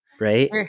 Right